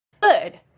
Good